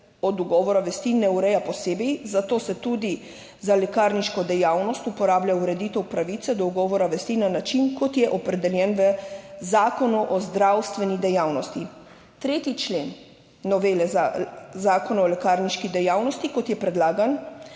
od ugovora vesti ne ureja posebej, zato se tudi za lekarniško dejavnost uporablja ureditev pravice do ugovora vesti na način, kot je opredeljen v Zakonu o zdravstveni dejavnosti. 3. člen novele Zakona o lekarniški dejavnosti. Kot je predlagan